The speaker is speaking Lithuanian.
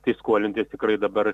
tai skolintis tikrai dabar